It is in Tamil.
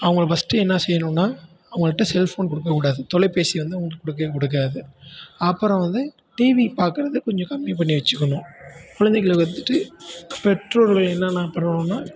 அவங்கள ஃபர்ஸ்ட்டு என்னா செய்ணும்னா அவங்கள்ட்ட செல் ஃபோன் கொடுக்க கூடாது தொலைபேசி வந்து அவுங்களுக்கு கொடுக்கவே கொடுக்காது அப்புறோம் வந்து டிவி பார்க்கறது கொஞ்சம் கம்மி பண்ணி வச்சுக்கிணும் குழந்தைங்கள வந்துட்டு பெற்றோர்கள் என்னான்ன பண்ணும்னுனா